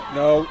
no